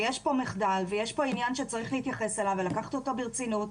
יש פה מחדל ויש פה עניין שצריך להתייחס אליו ולקחת אותו ברצינות,